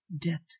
death